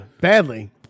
badly